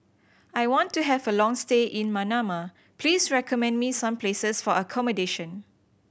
I want to have a long stay in Manama please recommend me some places for accommodation